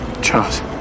Charles